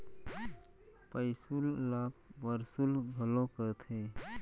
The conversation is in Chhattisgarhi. पैसुल ल परसुल घलौ कथें